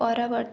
ପରବର୍ତ୍ତୀ